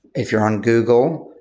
if you're on google,